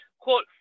quote